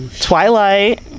Twilight